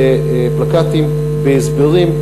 בפלקטים, בהסברים,